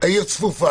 העיר צפופה,